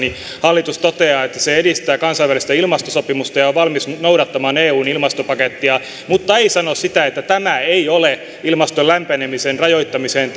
hallitus toteaa että se edistää kansainvälistä ilmastosopimusta ja on valmis noudattamaan eun ilmastopakettia mutta ei sano sitä että tämä ei ole ilmaston lämpenemisen rajoittamisen